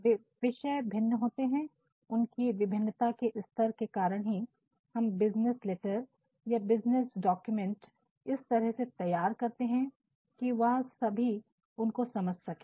इसलिए विषय भिन्न होते हैं और उनकी विभिन्नता के स्तर के कारण ही हम बिज़नेस लेटर याबिज़नेस डॉक्यूमेंट इस तरह से तैयार करते हैं कि वह सभी उनको समझ सके